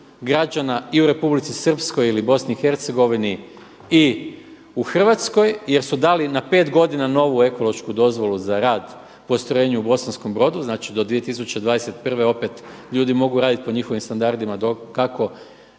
i u Republici Srpskoj ili Bosni i Hercegovini i u Hrvatskoj jer su dali na pet godina novu ekološku dozvolu za rad postrojenju u Bosanskom Brodu. Znači do 2021. opet ljudi mogu raditi po njihovim standardima kako